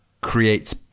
creates